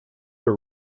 were